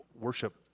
worship